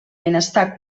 benestar